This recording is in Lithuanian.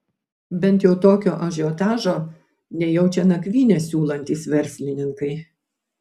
bent jau tokio ažiotažo nejaučia nakvynę siūlantys verslininkai